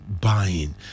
buying